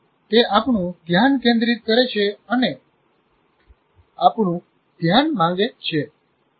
તે આપણું ધ્યાન કેન્દ્રિત કરે છે અને આપણું ધ્યાન માંગે છે